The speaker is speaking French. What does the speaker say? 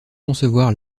concevoir